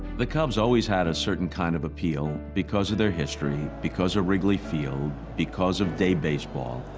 the cubs always had a certain kind of appeal because of their history, because of wrigley field, because of day baseball,